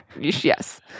yes